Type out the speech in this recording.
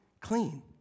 clean